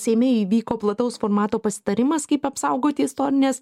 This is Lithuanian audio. seime įvyko plataus formato pasitarimas kaip apsaugoti istorinės